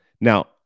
Now